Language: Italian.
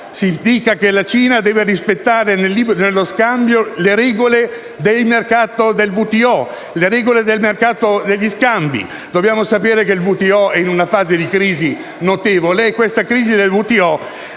si dica che la Cina deve rispettare, nello scambio, le regole del WTO, le regole del mercato degli scambi. Dobbiamo sapere che il WTO è in una fase di crisi notevole e che questa crisi è un